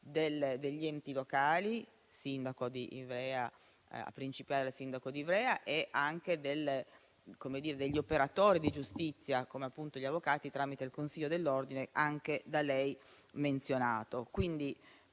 degli enti locali, a partire dal sindaco di Ivrea, degli operatori di giustizia e degli avvocati, tramite il consiglio dell'ordine, da lei menzionato.